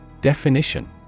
Definition